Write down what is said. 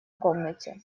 комнате